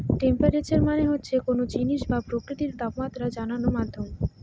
temperature মানে হচ্ছে কোনো জিনিসের বা প্রকৃতির তাপমাত্রা জানার মাধ্যম